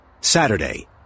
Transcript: Saturday